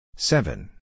Seven